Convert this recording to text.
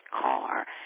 car